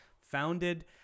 founded